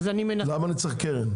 למה אני צריך קרן?